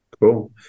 Cool